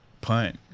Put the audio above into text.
punt